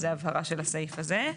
זוהי ההבהרה של הסעיף הזה.